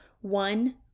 one